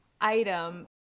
item